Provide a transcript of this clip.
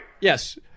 yes